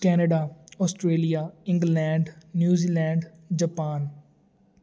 Canada Australia England New Zealand Japan